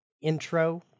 intro